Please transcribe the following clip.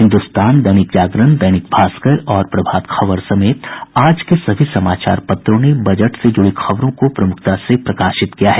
हिन्दुस्तान दैनिक जागरण दैनिक भास्कर और प्रभात खबर समेत आज के सभी समाचार पत्रों ने बजट से जुड़ी खबरों को प्रमुखता से प्रकाशित किया है